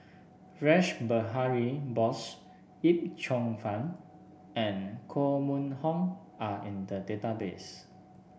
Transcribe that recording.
Rash Behari Bose Yip Cheong Fun and Koh Mun Hong are in the database